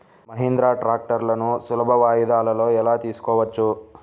మహీంద్రా ట్రాక్టర్లను సులభ వాయిదాలలో ఎలా తీసుకోవచ్చు?